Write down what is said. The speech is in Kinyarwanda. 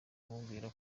kumubwira